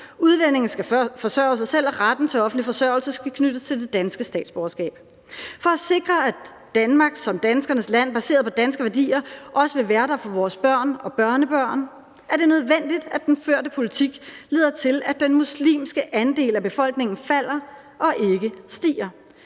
Udlændinge skal forsørge sig selv. Retten til offentlig forsørgelse skal knyttes til det danske statsborgerskab. For at sikre, at Danmark som danskernes land baseret på danske værdier også vil være der for vores børn og børnebørn, er det nødvendigt, at den førte politik leder til, at den muslimske andel af befolkningen falder og ikke stiger.